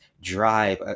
drive